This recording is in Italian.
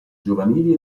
giovanili